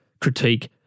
critique